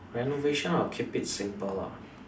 renovation I'll keep it simple lah